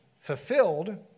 fulfilled